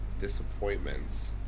disappointments